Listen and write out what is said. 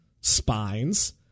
spines